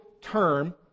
term